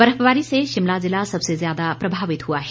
बर्फबारी से शिमला जिला सबसे ज्यादा प्रभावित हुआ है